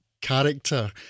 character